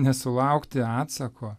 nesulaukti atsako